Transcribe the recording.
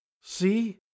See